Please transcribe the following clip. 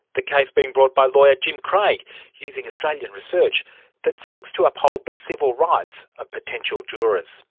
the case being brought by lawyer jim craig using australian research that seeks to uphold the civil rights of potential jurors.